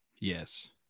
Yes